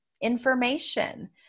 information